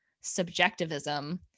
subjectivism